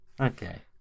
Okay